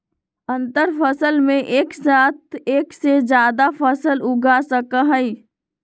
अंतरफसल में एक साथ एक से जादा फसल उगा सका हई